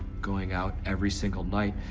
going out every single night,